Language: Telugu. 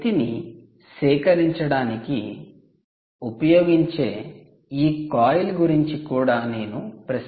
శక్తిని సేకరించడానికి ఉపయోగించే ఈ కాయిల్ గురించి కూడా నేను ప్రస్తావించాను